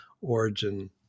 origin